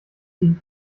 ihn